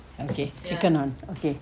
okay chicken one okay